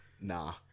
nah